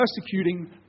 persecuting